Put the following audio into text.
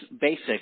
basic